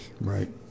Right